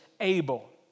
able